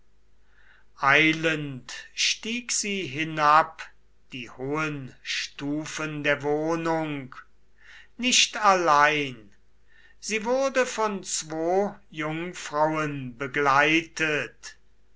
stieg sie hinab die hohen stufen der wohnung nicht allein sie wurde von zwo jungfrauen begleitet